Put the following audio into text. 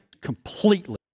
completely